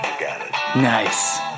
Nice